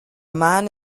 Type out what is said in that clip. man